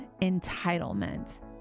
entitlement